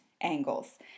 angles